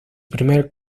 primer